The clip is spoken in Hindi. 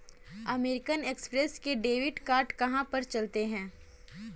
अमेरिकन एक्स्प्रेस के डेबिट कार्ड कहाँ पर चलते हैं?